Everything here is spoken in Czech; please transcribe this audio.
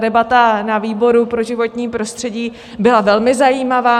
Debata na výboru pro životní prostředí byla velmi zajímavá.